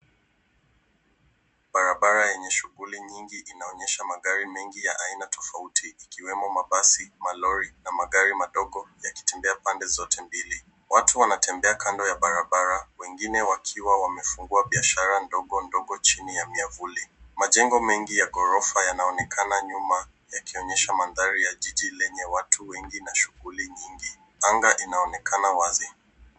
Barabara yenye shughuli nyingi inaonyesha magari mengi ya aina tofauti ikiwemo mabasi, malori na magari madogo yakitembea pande zote mbili. Watu wanatembea kando ya barabara, wengine wakiwa wamefungua biashara ndogo ndogo chini ya miavuli. Majengo mengi ya ghorofa yanaonekana nyuma, yakionyesha mandhari ya jiji lenye watu wengi na shughuli nyingi. Anga inaonekana wazi.